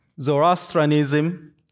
Zoroastrianism